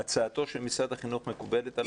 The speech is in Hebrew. הצעתו של משרד החינוך מקובלת עליכם?